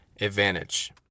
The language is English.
advantage